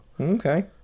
Okay